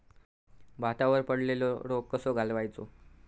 भातावर पडलेलो रोग कसो घालवायचो?